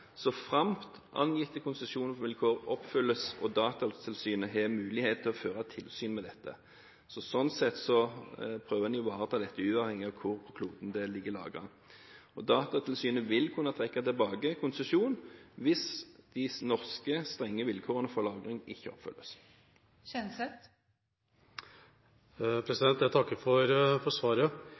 så framt angitte konsesjonsvilkår oppfylles og Datatilsynet har mulighet til å føre tilsyn med dette. Sånn sett prøver en å ivareta dette uavhengig av hvor på kloden det ligger lagret. Datatilsynet vil kunne trekke tilbake konsesjon hvis de norske strenge vilkårene for lagring ikke oppfylles. Jeg takker for svaret.